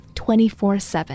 24-7